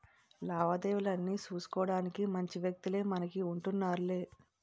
లావాదేవీలన్నీ సూసుకోడానికి మంచి వ్యక్తులే మనకు ఉంటన్నారులే